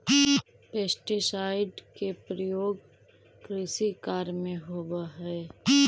pesticide के प्रयोग कृषि कार्य में होवऽ हई